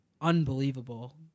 unbelievable